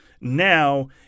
now